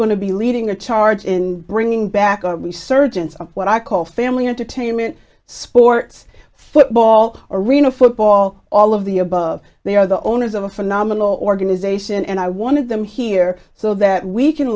going to be leading the charge in bringing back a resurgence of what i call family entertainment sports football arena football all of the above they are the owners of a phenomenal organization and i wanted them here so that we can